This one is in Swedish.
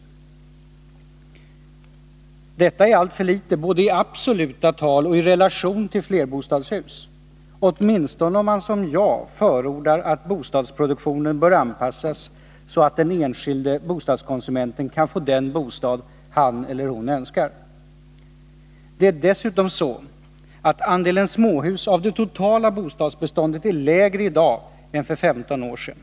Detta måste anses vara alltför litet både i absoluta tal och i relation till flerbostadshus. Åtminstone om man som jag förordar att bostadsproduktionen bör anpassas så att den enskilde bostadskonsumenten kan få den bostad han eller hon önskar. Det är dessutom så att andelen småhus av det totala bostadsbeståndet är lägre i dag än för 15 år sedan.